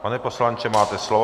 Pane poslanče, máte slovo.